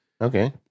Okay